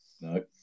No